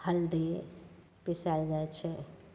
हल्दी पिसाएल जाइ छै